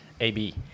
A-B